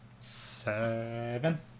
Seven